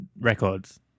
records